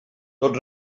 tot